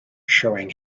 showing